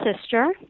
sister